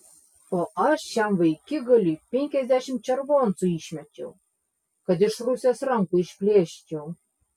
o aš šiam vaikigaliui penkiasdešimt červoncų išmečiau kad iš rusės rankų išplėščiau